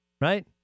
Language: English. Right